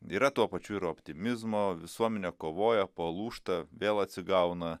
yra tuo pačiu ir optimizmo visuomenė kovoja palūžta vėl atsigauna